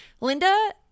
Linda